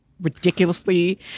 ridiculously